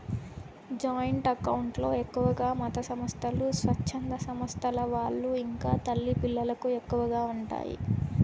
joint account లో ఎక్కువగా మతసంస్థలు, స్వచ్ఛంద సంస్థల వాళ్ళు ఇంకా తల్లి పిల్లలకు ఎక్కువగా ఉంటాయి